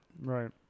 Right